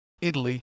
Italy